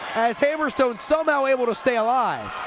as hammerstone somehow able to stay alive